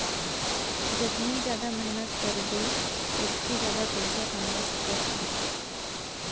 जतने जादा मेहनत करबे ओतके जादा पइसा कमा सकत हे